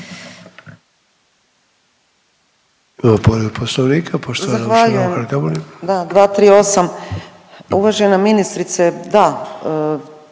Hvala